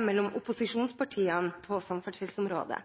mellom opposisjonspartiene på samferdselsområdet.